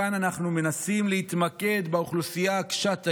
כאן אנחנו מנסים להתמקד באוכלוסייה קשת היום,